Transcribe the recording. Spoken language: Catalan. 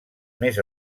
més